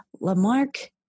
Lamarque